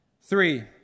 Three